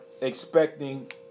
expecting